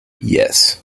yes